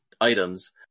items